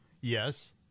Yes